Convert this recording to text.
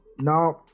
now